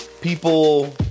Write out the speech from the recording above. people